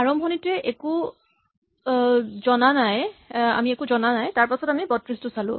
আৰম্ভণিতে একো জনা হোৱা নাই তাৰপাছত আমি ৩২ টো চালো